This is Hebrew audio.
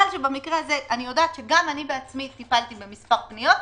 במקרה הזה גם אני עצמי טיפלתי במספר פניות,